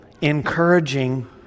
encouraging